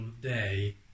day